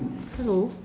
hello